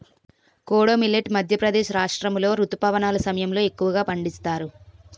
kodo millet Madhya Pradesh రాష్ట్రాములో రుతుపవనాల సమయంలో ఎక్కువగా పండిస్తారు